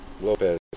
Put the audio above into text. Lopez